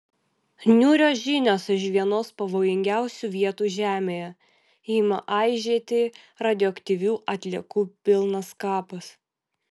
niūrios žinios iš vienos pavojingiausių vietų žemėje ima aižėti radioaktyvių atliekų pilnas kapas